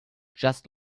just